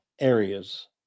areas